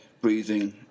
breathing